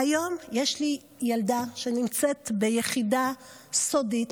והיום יש לי ילדה שנמצאת ביחידה סודית,